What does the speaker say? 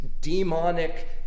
demonic